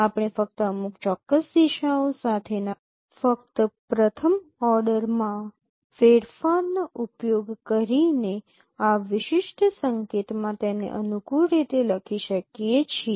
આપણે ફક્ત અમુક ચોક્કસ દિશાઓ સાથેના ફક્ત પ્રથમ ઓર્ડર માં ફેરફારનો ઉપયોગ કરીને આ વિશિષ્ટ સંકેતમાં તેને અનુકૂળ રીતે લખી શકીએ છીએ